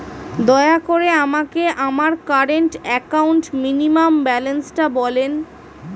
দয়া করে আমাকে আমার কারেন্ট অ্যাকাউন্ট মিনিমাম ব্যালান্সটা বলেন